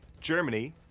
Germany